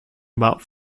about